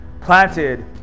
planted